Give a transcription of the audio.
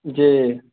जी